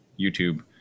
youtube